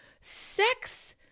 sex